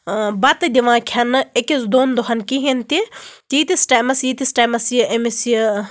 بَتہٕ دِوان کھیٚنہٕ أکِس دۄن دۅہَن کِہیٖنٛۍ تہِ تیٖتِس ٹایمَس ییٖتِس ٹایمَس یہِ أمِس یہِ